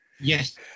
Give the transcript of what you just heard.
Yes